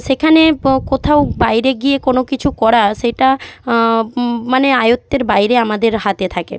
সেখানে কোথাও বাইরে গিয়ে কোনো কিছু করা সেটা মানে আয়ত্তের বাইরে আমাদের হাতে থাকে